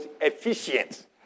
efficient